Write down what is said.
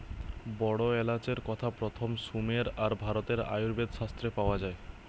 বড় এলাচের কথা প্রথম সুমের আর ভারতের আয়ুর্বেদ শাস্ত্রে পাওয়া যায়